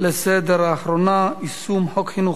האחרונה לסדר-היום בנושא: יישום חוק חינוך